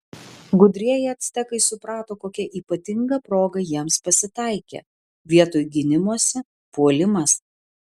gudrieji actekai suprato kokia ypatinga proga jiems pasitaikė vietoj gynimosi puolimas